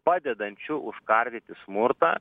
padedančių užkardyti smurtą